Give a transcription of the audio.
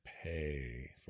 Pay